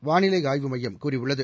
வானிலை ஆய்வுமையம் கூறியுள்ளது